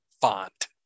Font